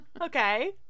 Okay